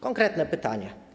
Konkretne pytanie.